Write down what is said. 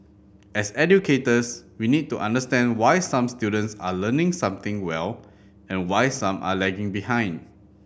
as educators we need to understand why some students are learning something well and why some are lagging behind